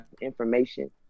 information